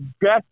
best